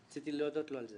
רציתי להודות לו על זה.